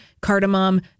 cardamom